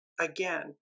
again